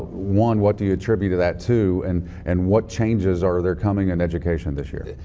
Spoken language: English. one, what do you attribute to that to and and what changes are there coming in education this year?